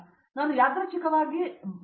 ಆದ್ದರಿಂದ ನಾನು ಯಾದೃಚ್ಛಿಕವಾಗಿ ವಿ